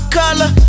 color